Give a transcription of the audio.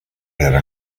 era